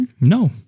No